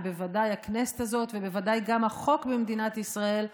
ובוודאי הכנסת הזאת ובוודאי גם החוק במדינת ישראל,